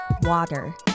water